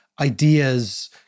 ideas